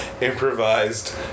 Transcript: improvised